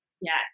Yes